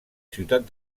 ciutat